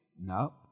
No